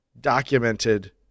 documented